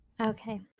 Okay